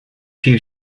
few